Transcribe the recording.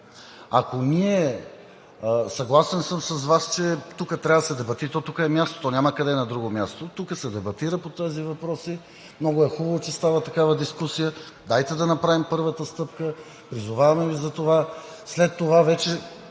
е една. Съгласен съм с Вас, че тук трябва да се дебатира. Тук е мястото, няма къде на друго място. Тук се дебатира по тези въпроси. Много е хубаво, че става такава дискусия. Дайте да направим първата стъпка – призоваваме Ви за това. След това вече,